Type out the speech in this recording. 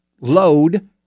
load